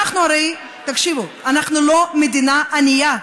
תקשיבו, אנחנו הרי לא מדינה ענייה.